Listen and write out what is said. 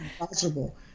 impossible